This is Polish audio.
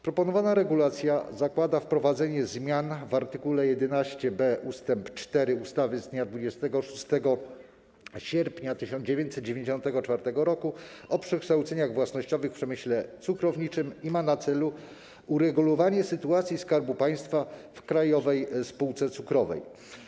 Proponowana regulacja zakłada wprowadzenie zmian w art. 11b ust. 4 ustawy z dnia 26 sierpnia 1994 r. o przekształceniach własnościowych w przemyśle cukrowniczym i ma na celu uregulowanie sytuacji Skarbu Państwa w Krajowej Spółce Cukrowej.